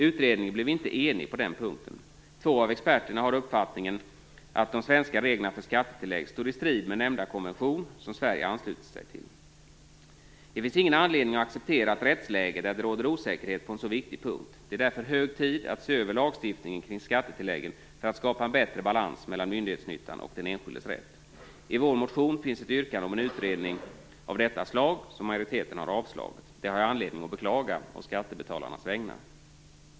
Utredningen blev inte enig på den punkten. Två av experterna har uppfattningen att de svenska reglerna för skattetillägg står i strid med nämnda konventionen som Sverige anslutit sig till. Det finns ingen anledning att acceptera ett rättsläge där det råder osäkerhet på en så viktig punkt. Det är därför hög tid att se över lagstiftningen kring skattetilläggen för att skapa en bättre balans mellan myndighetsnyttan och den enskildes rätt. I vår motion finns ett yrkande om en utredning av detta slag som majoriteten avslagit. Det har jag anledning att beklaga å skattebetalarnas vägnar.